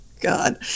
God